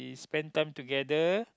spend time together